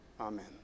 Amen